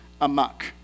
amok